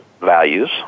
values